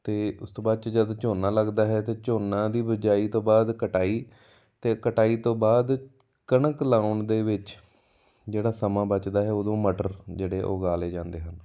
ਅਤੇ ਉਸ ਤੋਂ ਬਾਅਦ 'ਚ ਜਦੋਂ ਝੋਨਾ ਲੱਗਦਾ ਹੈ ਤਾਂ ਝੋਨਾ ਦੀ ਬਿਜਾਈ ਤੋਂ ਬਾਅਦ ਕਟਾਈ ਅਤੇ ਕਟਾਈ ਤੋਂ ਬਾਅਦ ਕਣਕ ਲਗਾਉਣ ਦੇ ਵਿੱਚ ਜਿਹੜਾ ਸਮਾਂ ਬਚਦਾ ਹੈ ਉਦੋਂ ਮਟਰ ਜਿਹੜੇ ਉਗਾ ਲਏ ਜਾਂਦੇ ਹਨ